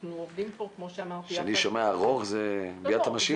אנחנו עובדים פה כמו --- כשאני שומע 'ארוך' זה ביאת המשיח.